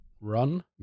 run